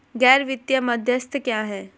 गैर वित्तीय मध्यस्थ क्या हैं?